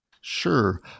Sure